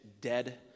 dead